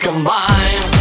Combine